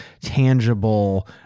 tangible